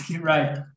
right